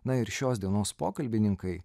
na ir šios dienos pokalbininkai